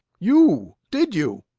you? did you?